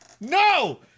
no